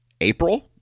APRIL